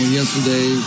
yesterday